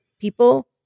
people